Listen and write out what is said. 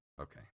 Okay